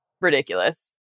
ridiculous